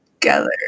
together